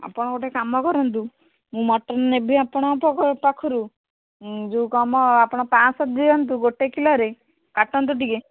ଆପଣ ଗୋଟେ କାମ କରନ୍ତୁ ମୁଁ ମଟନ୍ ନେବି ଆପଣଙ୍କ ପାଖରୁ ଯେଉଁ କ'ଣ ମ ଆପଣ ପାଞ୍ଚଶହ ଦିଅନ୍ତୁ ଗୋଟେ କିଲୋରେ କାଟନ୍ତୁ ଟିକେ